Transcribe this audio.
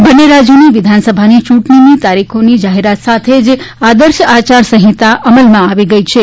બંને રાજ્યોની વિધાનસભાની ચૂંટણીની તારીખોની જાહેરાત સાથે જ આદર્શ આયારસંહિતા અમલમાં આવી ગઇ છે